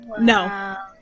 No